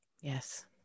Yes